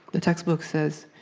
the textbook says,